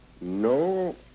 No